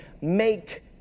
make